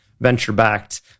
venture-backed